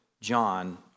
John